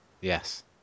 Yes